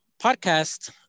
podcast